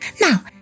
Now